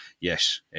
yes